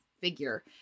figure